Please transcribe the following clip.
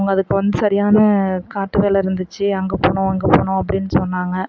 அவங்க அதுக்கு வந்து சரியான காட்டு வேலை இருந்துச்சு அங்கே போனோம் இங்கே போனோம் அப்படின்னு சொன்னாங்க